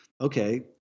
Okay